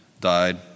died